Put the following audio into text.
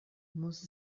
muss